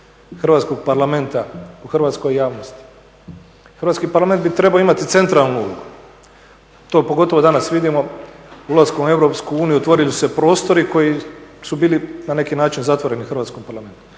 Hrvatskog parlamenta u hrvatskoj javnosti. Hrvatski parlament bi trebao imati centralnu ulogu to pogotovo danas vidimo ulaskom u Europsku uniju otvorili su se prostori koji su bili na neki način zatvoreni hrvatskom Parlamentu.